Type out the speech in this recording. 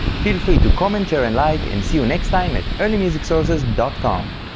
feel free to comment, share and like, and see you next time at early music sources dot com